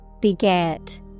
Beget